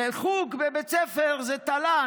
חוג בבית ספר זה תל"ן,